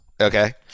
okay